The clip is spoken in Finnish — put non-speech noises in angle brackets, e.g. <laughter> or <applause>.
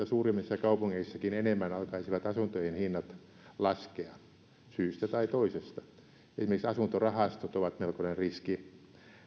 <unintelligible> suurimmissa kaupungeissakin asuntojen hinnat alkaisivat syystä tai toisesta laskea esimerkiksi asuntorahastot ovat melkoinen riski niin